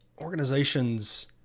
organizations